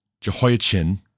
Jehoiachin